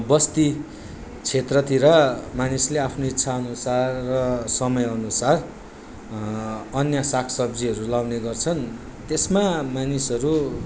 बस्ती क्षेत्रतिर मानिसले आफ्नो इच्छा अनुसार र समय अनुसार अन्य साग सब्जीहरू लाउने गर्छन् त्यसमा मानिसहरू